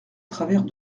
travers